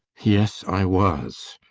yes, i was.